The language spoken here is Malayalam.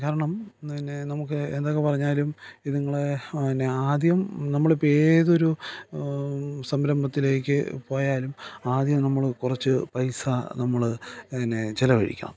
കാരണം പിന്നെ നമുക്ക് എന്തൊക്കെ പറഞ്ഞാലും ഇതുങ്ങളെ പിന്നെ ആദ്യം നമ്മളിപ്പം ഏതൊരു സംരംഭത്തിലേക്കു പോയാലും ആദ്യം നമ്മൾ കുറച്ചു പൈസ നമ്മൾ അതിനു ചിലവഴിക്കണം